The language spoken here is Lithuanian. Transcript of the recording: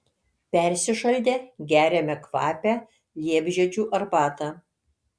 persišaldę geriame kvapią liepžiedžių arbatą